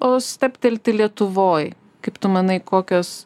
o stabtelti lietuvoj kaip tu manai kokios